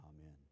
amen